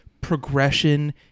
progression